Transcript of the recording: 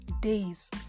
days